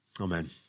Amen